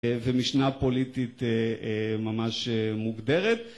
ומשנה פוליטית, אה, אה, ממש מוגדרת.